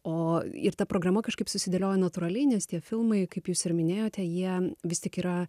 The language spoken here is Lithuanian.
o ir ta programa kažkaip susidėliojo natūraliai nes tie filmai kaip jūs ir minėjote jie vis tik yra